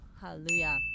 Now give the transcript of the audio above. hallelujah